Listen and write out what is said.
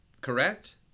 correct